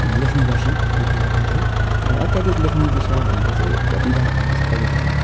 लेख्ने गर्छु एक दुईवटा है र अत्याधिक लेख्ने विषय भनेको चाहिँ विधा भनेको चाहिँ कविता नै हो